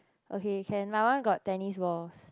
okay can my one got tennis balls